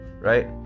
right